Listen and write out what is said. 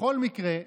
בכל מקרה,